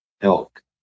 elk